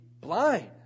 blind